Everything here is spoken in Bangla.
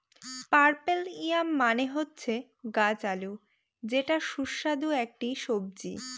পার্পেল ইয়াম মানে হচ্ছে গাছ আলু যেটা সুস্বাদু একটি সবজি